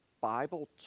Bible